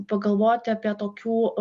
pagalvoti apie tokių